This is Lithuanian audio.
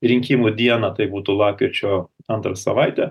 rinkimų dieną tai būtų lapkričio antrą savaitę